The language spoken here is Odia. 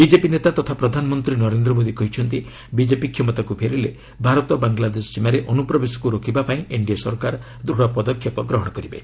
ବିଜେପି ନେତା ତଥା ପ୍ରଧାନମନ୍ତ୍ରୀ ନରେନ୍ଦ୍ର ମୋଦି କହିଛନ୍ତି ବିଜେପି କ୍ଷମତାକୁ ଫେରିଲେ ଭାରତ ବାଙ୍ଗଲାଦେଶ ସୀମାରେ ଅନୁପ୍ରବେଶକୁ ରୋକିବା ପାଇଁ ଏନ୍ଡିଏ ସରକାର ଦୃଢ଼ ପଦକ୍ଷେପ ଗ୍ରହଣ କରିବେ